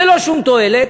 ללא שום תועלת,